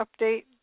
update